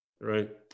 Right